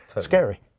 scary